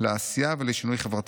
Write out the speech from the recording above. לעשייה ולשינוי חברתי.